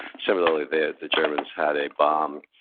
similarly, the the germans had a bomb,